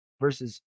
versus